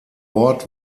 ort